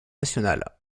national